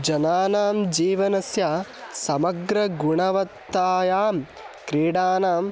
जनानां जीवनस्य समग्रगुणवत्तायां क्रीडानां